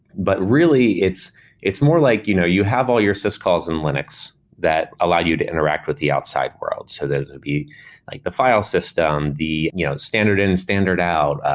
but really, it's it's more like you know you have all your syscalls in linux that allow you to interact with the outside world. so that'll be like the file system, the you know standard in, standard out,